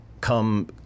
come